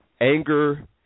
anger –